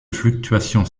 fluctuations